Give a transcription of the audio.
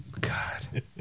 God